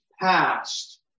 past